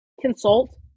consult